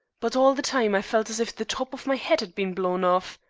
but all the time i felt as if the top of my head had been blown off.